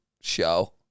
show